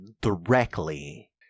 directly